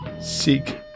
seek